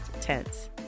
tense